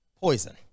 Poison